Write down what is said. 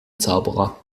zauberer